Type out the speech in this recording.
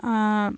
ஆ